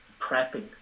prepping